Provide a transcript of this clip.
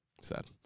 sad